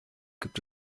gibt